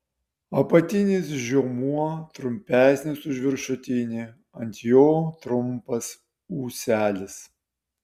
apatinis žiomuo trumpesnis už viršutinį ant jo trumpas ūselis